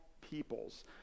peoples